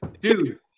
dude